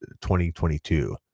2022